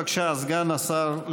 בבקשה, סגן השר.